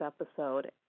episode